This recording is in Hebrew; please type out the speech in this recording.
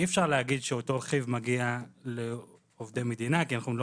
אי אפשר להגיד שאותו רכיב מגיע לעובדי מדינה כי אנחנו לא